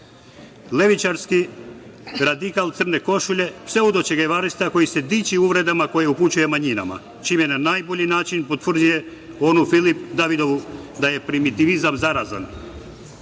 Levičarski radikal, crne košulje, pseudočegevarista koji se diči uvredama koje upućuje manjinama, čime na najbolji način potvrđuje onu Filip Davidovu da primitivizam zarazan.